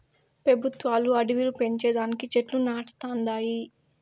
పెబుత్వాలు అడివిలు పెంచే దానికి చెట్లు నాటతండాయి